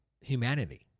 humanity